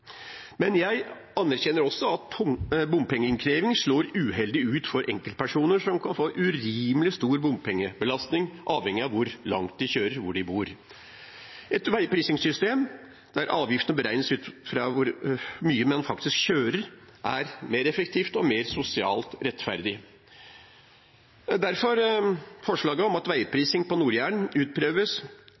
Men jeg anerkjenner også at bompengeinnkreving slår uheldig ut for enkeltpersoner som kan få urimelig stor bompengebelastning avhengig av hvor langt de kjører, og hvor de bor. Et veiprisingssystem der avgiftene beregnes ut fra hvor mye man faktisk kjører, er mer effektivt og mer sosialt rettferdig – derfor forslaget om at veiprising på Nord-Jæren utprøves,